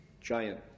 giant